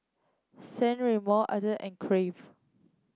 San Remo Asics and Crave